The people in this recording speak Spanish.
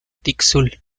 tixul